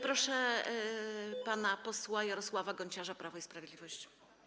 Proszę pana posła Jarosława Gonciarza, Prawo i Sprawiedliwość.